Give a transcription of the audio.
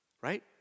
right